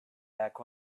back